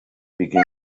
began